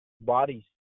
bodies